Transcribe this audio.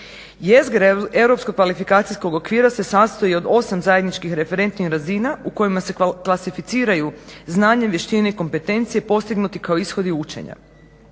Jezgre europskog kvalifikacijskog okvira se sastoji od 8 zajedničkih referentnih razina u kojima se klasificiraju znanje, vještine i kompetencije postignuti kao ishodi učenja.